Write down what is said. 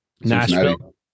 nashville